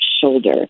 shoulder